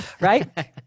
right